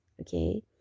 Okay